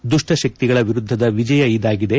ದುಪ್ಷ ಶಕ್ತಿಗಳ ವಿರುದ್ದದ ವಿಜಯ ಇದಾಗಿದೆ